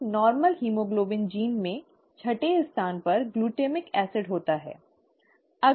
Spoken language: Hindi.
एक सामान्य हीमोग्लोबिन जीन में छठे स्थान पर ग्लूटामिक एसिड होता है